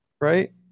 right